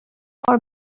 for